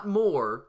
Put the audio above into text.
more